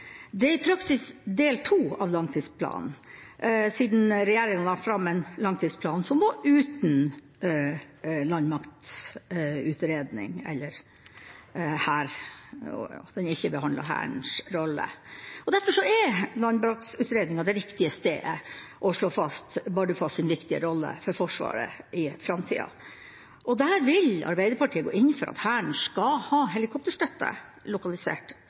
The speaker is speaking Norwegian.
Det er i praksis del to av langtidsplanen siden regjeringen la fram en langtidsplan som var uten landmaktutredning og ikke behandlet Hærens rolle. Derfor er landmaktutredningen det riktige stedet å slå fast Bardufoss’ viktige rolle for Forsvaret i framtida. Der vil Arbeiderpartiet gå inn for at Hæren skal ha helikopterstøtte lokalisert